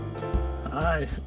Hi